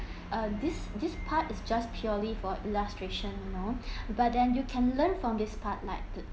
uh this this part is just purely for illustration you know but then you can learn from this part like